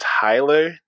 Tyler